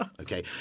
Okay